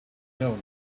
know